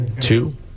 two